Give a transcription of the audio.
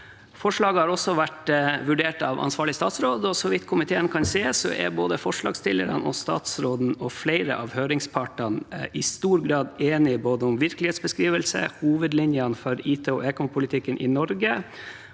Forslaget er også vurdert av ansvarlig statsråd, og så vidt komiteen kan se, er både forslagsstillerne, statsråden og flere av høringspartene i stor grad enige om både virkelighetsbeskrivelse, hovedlinjene for IT- og ekompolitikken i Norge